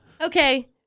Okay